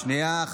שנייה,